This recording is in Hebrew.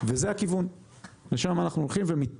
ואנחנו רוצים ופועלים על מנת לשנות זאת.